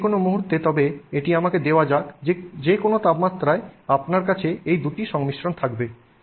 অন্য যে কোনও মুহুর্তে তবে এটি আমাকে দেওয়া যাক যে কোনও তাপমাত্রায় আপনার কাছে এই 2 টি সংমিশ্রণ থাকবে